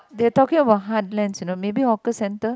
they talking about heartlands you know maybe hawker center